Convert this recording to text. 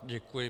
Děkuji.